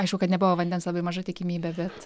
aišku kad nebuvo vandens labai maža tikimybė bet